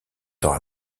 temps